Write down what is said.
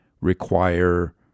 require